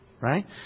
Right